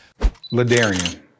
ladarian